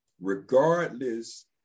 regardless